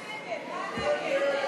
מה נגד?